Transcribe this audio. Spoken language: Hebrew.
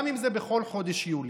גם אם זה בכל חודש יולי.